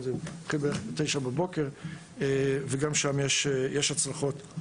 גם שם יש הצלחות.